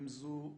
עם זאת,